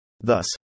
Thus